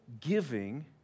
giving